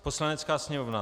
Poslanecká sněmovna